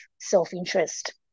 self-interest